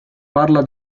parla